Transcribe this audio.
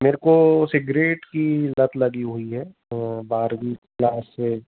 मेरे को सिगरेट की लत लगी हुई है बारहवीं क्लास से